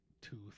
tooth